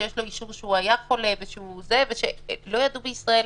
שיש לו אישור שהוא היה חולה ולא ידעו בישראל